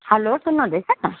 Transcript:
hello सुन्नुहुँदैछ